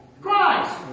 Christ